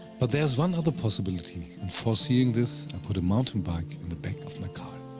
but there is one other possibility and foreseeing this, i put a mountain bike in the back of my car.